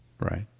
right